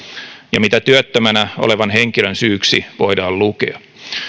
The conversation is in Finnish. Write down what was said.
ja mitä työttömänä olevan henkilön syyksi voidaan lukea